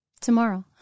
tomorrow